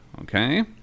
Okay